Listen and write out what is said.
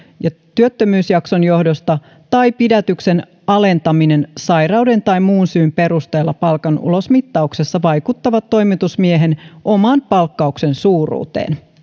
työttömyysjakson johdosta tai pidätyksen alentaminen sairauden tai muun syyn perusteella palkanulosmittauksessa vaikuttavat toimitusmiehen oman palkkauksen suuruuteen